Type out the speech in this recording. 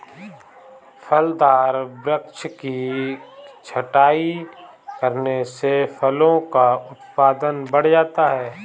फलदार वृक्ष की छटाई करने से फलों का उत्पादन बढ़ जाता है